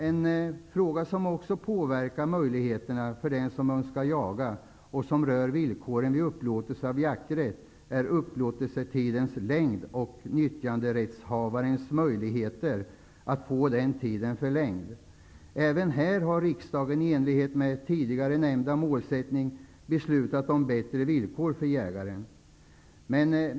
En fråga som också påverkar möjligheterna för den som önskar jaga, och som rör villkoren vid upplåtelser av jakträtt, är upplåtelsetidens längd och nyttjanderättshavarens möjligheter att få den tiden förlängd. Även här har riksdagen i enlighet med tidigare nämnda målsättning beslutat om bättre villkor för jägarna.